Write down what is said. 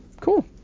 Cool